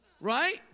Right